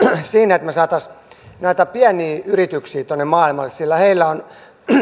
siinä että me saisimme näitä pieniä yrityksiä tuonne maailmalle että saataisiin sinne vientiä lisättyä myös sillä heillä on